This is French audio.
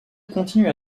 continue